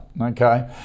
okay